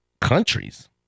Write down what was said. countries